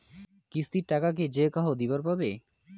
কিস্তির টাকা কি যেকাহো দিবার পাবে?